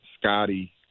Scotty